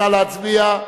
נא להצביע.